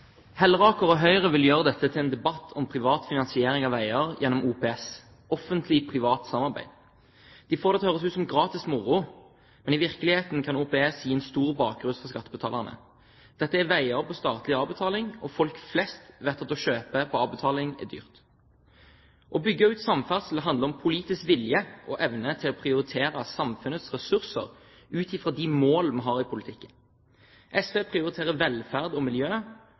og Høyre vil gjøre dette til en debatt om privat finansiering av veier gjennom OPS, Offentlig Privat Samarbeid. De får det til å høres som gratis moro, men i virkeligheten kan OPS gi en stor bakrus for skattebetalerne. Dette er veier på statlig avbetaling, og folk flest vet at å kjøpe på avbetaling er dyrt. Å bygge ut samferdsel handler om politisk vilje og evne til å prioritere samfunnets ressurser ut fra de mål vi har i politikken. SV prioriterer velferd og miljø,